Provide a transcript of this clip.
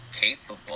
capable